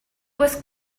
was